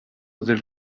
del